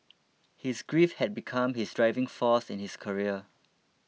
his grief had become his driving force in his career